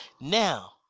Now